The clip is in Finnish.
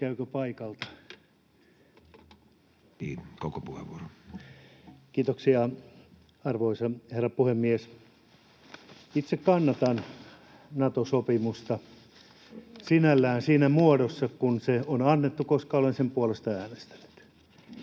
16:28 Content: Kiitoksia, arvoisa herra puhemies! Itse kannatan Nato-sopimusta sinällään siinä muodossa kuin se on annettu, koska olen sen puolesta äänestänyt. Minulle